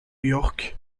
york